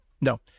No